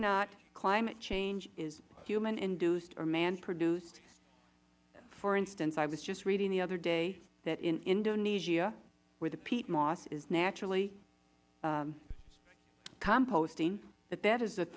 not climate change is human induced or man produced for instance i was just reading the other day that in indonesia where the peat moss is naturally composting that that is the